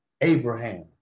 Abraham